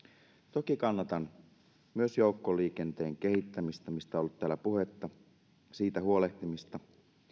toki kannatan myös joukkoliikenteen kehittämistä mistä on ollut täällä puhetta siitä huolehtimista